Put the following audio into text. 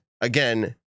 again